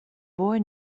boy